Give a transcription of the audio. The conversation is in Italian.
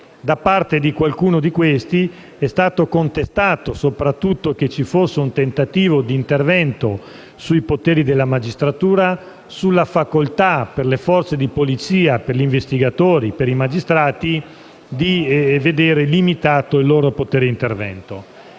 Da parte di alcuni è stato contestato soprattutto il fatto che ci fosse un tentativo d'intervento sui poteri della magistratura, sulla possibilità per le forze di polizia, per gli investigatori, per i magistrati di vedere limitato il loro potere d'intervento;